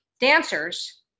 Dancers